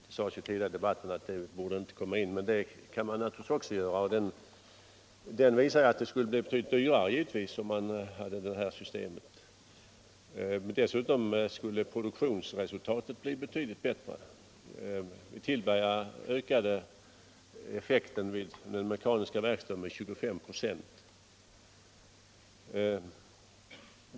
Det har ju tidigare i debatten sagts att en sådan utvärdering inte borde komma in i bilden, men det tycker jag att den kan göra. Och den utvärderingen visar att det givetvis blir dyrare med marknadsanpassad lön, men produktionsresultatet blir då också betydligt bättre. Vid Tillberga ökade sålunda effekten vid den mekaniska verkstaden med 25 96.